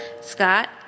Scott